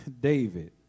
David